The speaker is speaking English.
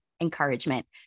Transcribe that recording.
encouragement